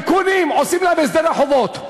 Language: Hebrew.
והטייקונים, עושים להם הסדרי חובות.